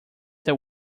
that